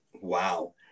Wow